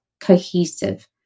cohesive